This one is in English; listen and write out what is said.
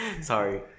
sorry